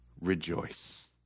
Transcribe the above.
rejoice